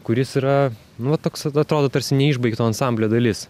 kuris yra nu va toks atrodo tarsi neišbaigto ansamblio dalis